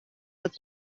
wird